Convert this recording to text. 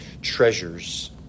treasures